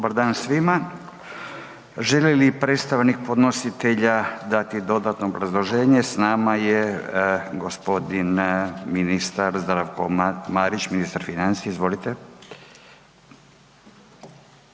Dobar dan svima. Želi li predstavnik podnositelja dati dodatno obrazloženje? S nama je gospodin ministar Zdravko Marić, ministar financija. Izvolite.